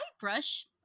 brush